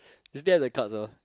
you still have the cards ah